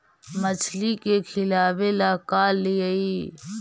मछली के खिलाबे ल का लिअइ?